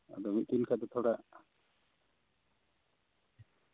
ᱟᱫᱚ ᱢᱤᱫᱴᱤᱡ ᱛᱷᱚᱲᱟ